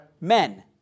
men